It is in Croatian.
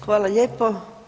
Hvala lijepo.